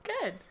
Good